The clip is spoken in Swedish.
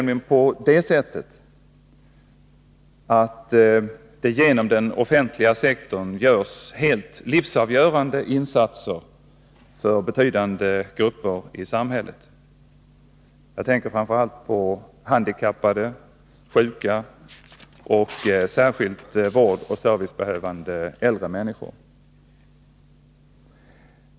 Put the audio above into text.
Genom den offentliga sektorn görs det helt livsavgörande insatser för betydande grupper i samhället. Jag tänker framför allt på handikappade och sjuka samt på äldre människor som behöver särskild vård och service.